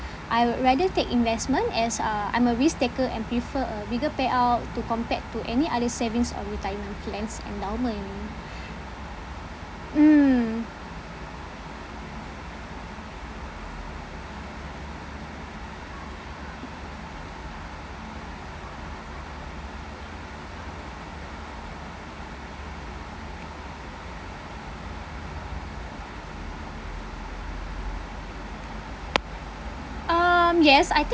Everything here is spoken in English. I would rather take investment as uh I'm a risk taker and prefer a bigger payout to compared to any other savings or retirement plans endowment mm um yes I think